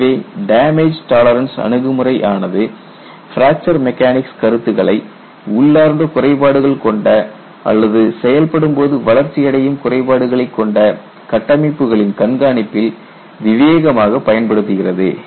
எனவே damage tolerance அணுகுமுறை ஆனது பிராக்சர் மெக்கானிக்ஸ் கருத்துக்களை உள்ளார்ந்த குறைபாடுகள் கொண்ட அல்லது செயல்படும்போது வளர்ச்சி அடையும் குறைபாடுகளைக் கொண்ட கட்டமைப்புகளின் கண்காணிப்பில் விவேகமாக பயன்படுத்துகிறது